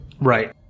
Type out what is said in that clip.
Right